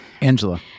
Angela